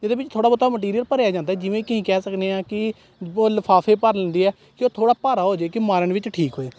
ਜਿਹਦੇ ਵਿੱਚ ਥੋੜ੍ਹਾ ਬਹੁਤਾ ਮਟੀਰੀਅਲ ਭਰਿਆ ਜਾਂਦਾ ਹੈ ਜਿਵੇਂ ਕਿ ਕਹਿ ਸਕਦੇ ਹਾਂ ਕਿ ਬੋ ਲਿਫਾਫ਼ੇ ਭਰ ਲੈਂਦੇ ਹਾਂ ਕਿ ਉਹ ਥੋੜ੍ਹਾ ਭਾਰਾ ਹੋ ਜੇ ਕਿ ਮਾਰਨ ਵਿੱਚ ਠੀਕ ਹੋਏ